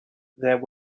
there